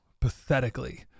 pathetically